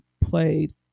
played